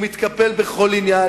והוא מתקפל בכל עניין,